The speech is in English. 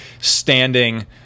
standing